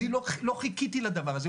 אני לא חיכיתי לדבר הזה,